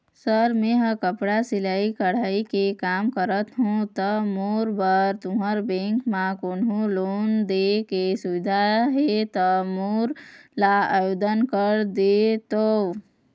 Sir मेहर कपड़ा सिलाई कटाई के कमा करत हों ता मोर बर तुंहर बैंक म कोन्हों लोन दे के सुविधा हे ता मोर ला आवेदन कर देतव?